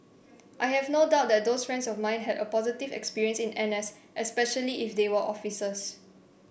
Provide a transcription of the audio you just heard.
I have no doubt that those friends of mine had a positive experience in N S especially if they were officers